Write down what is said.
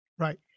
Right